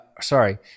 Sorry